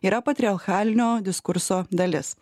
yra patriarchalinio diskurso dalis